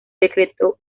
decretó